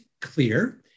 clear